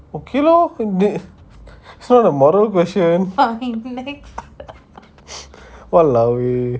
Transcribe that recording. okay lor it's not a moral question !walao! eh